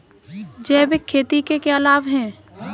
जैविक खेती के क्या लाभ हैं?